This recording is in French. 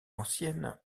ancienne